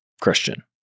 Christian